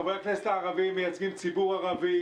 חברי הכנסת הערבים מייצגים ציבור ערבי.